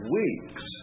weeks